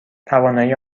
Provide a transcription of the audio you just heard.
توانایی